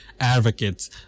advocates